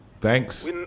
Thanks